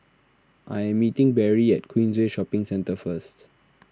I am meeting Berry at Queensway Shopping Centre first